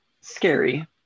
scary